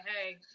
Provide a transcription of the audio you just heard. Hey